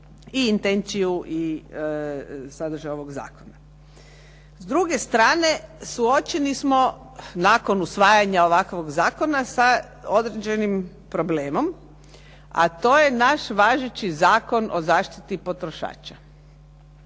i intenciju i sadržaj ovog zakona. S druge strane, suočeni smo nakon usvajanja ovakvog zakona sa određenim problemom a to je naš važeći Zakon o zaštiti potrošača.